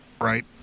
Right